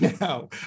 now